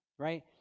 Right